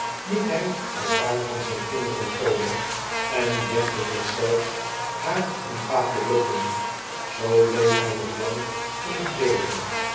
liet hy een van zijne kinderen komen en legde deszelfs haar in papillotten zoo bleef h nog lang in het leven